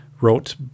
wrote